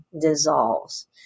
dissolves